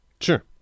Sure